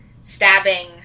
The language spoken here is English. stabbing